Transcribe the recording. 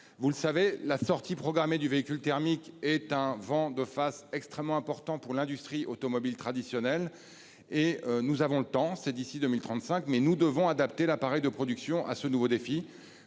Vous le savez, la sortie programmée du véhicule thermique représente un vent de face extrêmement fort pour l'industrie automobile traditionnelle. Nous avons le temps, car elle est prévue d'ici à 2035, mais nous devons adapter l'appareil de production à ce nouveau défi.